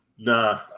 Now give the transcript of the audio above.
Nah